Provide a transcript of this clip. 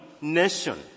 nation